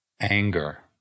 Anger